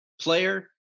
player